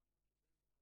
בדיוק.